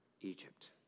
Egypt